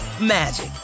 magic